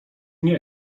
nie